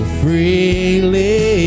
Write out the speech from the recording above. freely